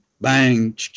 bang